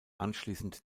anschließend